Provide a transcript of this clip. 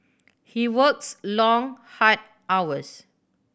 he works long hard hours